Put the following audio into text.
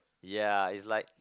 yea is like